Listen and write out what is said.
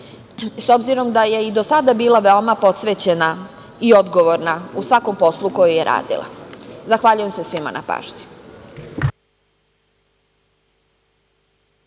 s obzirom da je i do sada bila veoma posvećena i odgovorna u svakom poslu koji je radila. Zahvaljujem se svima na pažnji.